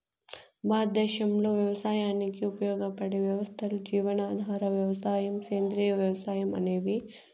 భారతదేశంలో వ్యవసాయానికి ఉపయోగపడే వ్యవస్థలు జీవనాధార వ్యవసాయం, సేంద్రీయ వ్యవసాయం అనేవి